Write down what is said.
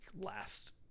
last